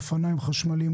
אופניים חשמליים,